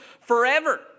forever